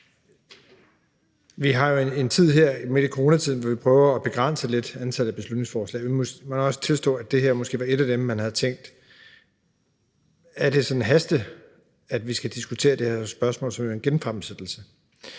Vi har jo en tid her midt i coronatiden, hvor vi prøver lidt at begrænse antallet af beslutningsforslag. Jeg må også tilstå, at det her måske var et af dem, hvor man kunne have tænkt, om det sådan haster med at diskutere det her spørgsmål. Det er jo en genfremsættelse.